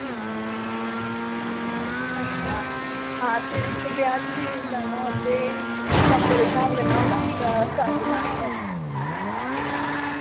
अच्छा ते चार्ज बी लैना ते अपने स्हाब कन्नै होंदा चार्ज बी लैना होऐ ते